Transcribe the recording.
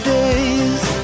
days